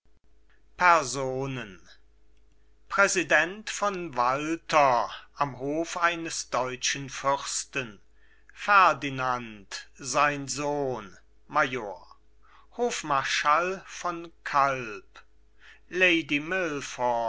personen präsident von walter am hof eines deutschen fürsten ferdinand sein sohn major hofmarschall von kalb lady